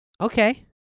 Okay